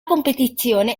competizione